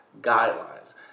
guidelines